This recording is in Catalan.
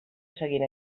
seguint